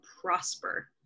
prosper